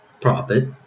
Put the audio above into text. profit